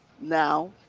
Now